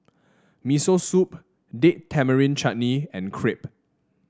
Miso Soup Date Tamarind Chutney and Crepe